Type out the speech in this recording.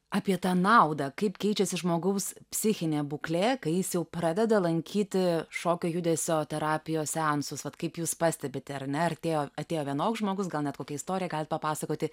apie tą naudą kaip keičiasi žmogaus psichinė būklė kai jis jau pradeda lankyti šokio judesio terapijos seansus vat kaip jūs pastebite ar ne ar atėjo atėjo vienoks žmogus gal net kokią istoriją galit papasakoti